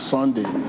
Sunday